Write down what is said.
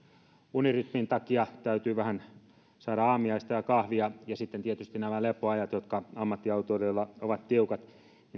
unirytmin takia täytyy vähän saada aamiaista ja kahvia ja sitten tietysti nämä lepoajat ammattiautoilijoilla ovat tiukat